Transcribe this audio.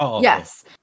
Yes